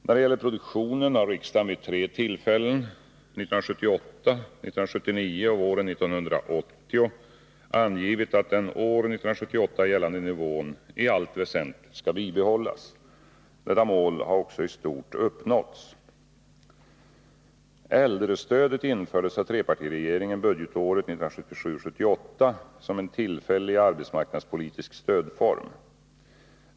När det gäller produktionen har riksdagen vid tre tillfällen — 1978, 1979 och våren 1980 — angivit att den år 1978 gällande nivån i allt väsentligt skall bibehållas. Detta mål har också i stort uppnåtts. Äldrestödet infördes av trepartiregeringen budgetåret 1977/78 som en tillfällig arbetsmarknadspolitisk stödform.